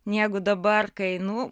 negu dabar kai nu